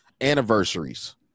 anniversaries